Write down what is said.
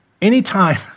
Anytime